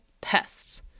pests